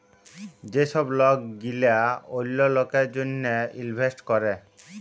যে ছব লক গিলা অল্য লকের জ্যনহে ইলভেস্ট ক্যরে